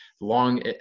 Long